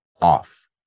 off